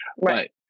right